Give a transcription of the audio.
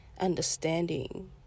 understanding